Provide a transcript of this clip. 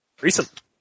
recent